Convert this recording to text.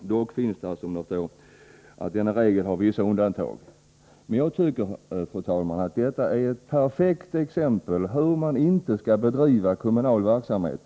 Dock har denna regel vissa undantag. Jag tycker, fru talman, att detta är ett perfekt exempel på hur man inte skall bedriva kommunal verksamhet.